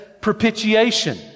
propitiation